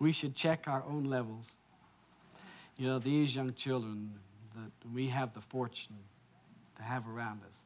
we should check our own levels you know the usual children we have the fortune to have around us